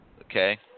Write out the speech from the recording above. okay